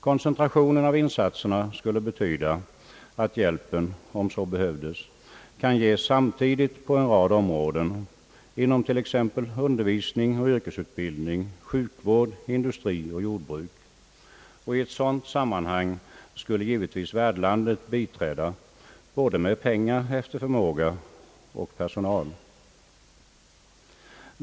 Koncentrationen av insatserna skulle betyda att hjälpen, om så behövdes, kan ges samtidigt på en rad områden, inom t.ex. undervisning, yrkesutbildning, sjukvård, industri och jordbruk. I ett sådant sammanhang skulle givetvis värdlandet biträda både med pengar efter förmåga och med personal.